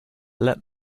let